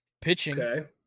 Pitching